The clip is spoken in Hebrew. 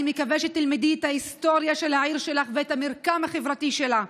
אני מקווה שתלמדי את ההיסטוריה של העיר שלך ואת המרקם החברתי שלה,